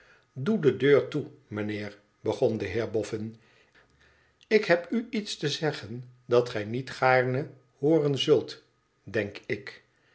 idoe de deur toe mijnheer begon de heer boffin ik heb u iets te zeggen dat gij niet gaarne hooren zult denk ik